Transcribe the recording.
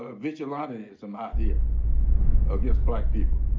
ah vigilantism out here against black people.